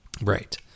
Right